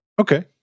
Okay